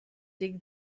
dig